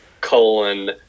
colon